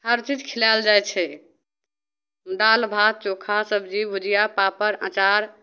हरचीज खिलाएल जाइ छै दालि भात चोखा सबजी भुजिआ पापड़ अचार